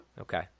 Okay